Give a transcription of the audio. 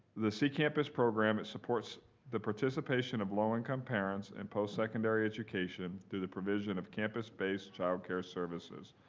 the c campus program supports the participation of low income parents and post-secondary education through the provision of campus-based child care services.